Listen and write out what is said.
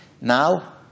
Now